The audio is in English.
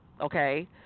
okay